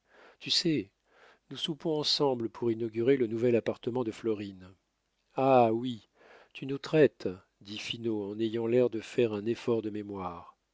tu sais nous soupons ensemble pour inaugurer le nouvel appartement de florine ah oui tu nous traites dit finot en ayant l'air de faire un effort de mémoire